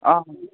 অঁ